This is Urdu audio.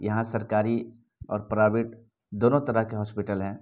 یہاں سرکاری اور پرائیویٹ دونوں طرح کے ہاسپیٹل ہیں